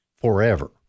forever